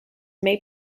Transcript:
may